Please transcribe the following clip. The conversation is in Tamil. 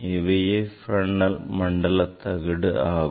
இவையே Fresnel மண்டல தகடு ஆகும்